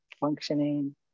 functioning